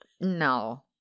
No